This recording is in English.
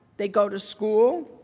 they go to school,